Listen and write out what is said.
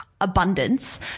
abundance